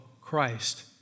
Christ